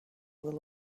will